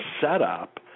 setup